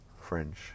French